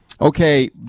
Okay